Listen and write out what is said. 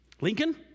Lincoln